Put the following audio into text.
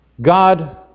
God